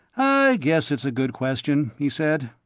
i guess it's a good question, he said.